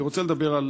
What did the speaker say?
אני רוצה לדבר על